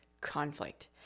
conflict